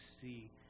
see